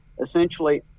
essentially –